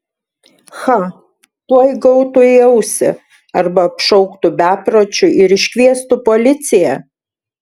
cha tuoj gautų į ausį arba apšauktų bepročiu ir iškviestų policiją